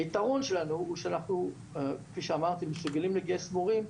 היתרון שלנו הוא שכפי שאמרתי אנחנו מסוגלים לגייס מורים,